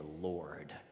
Lord